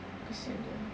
kesian dia